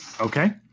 Okay